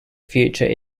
future